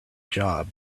job